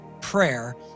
prayer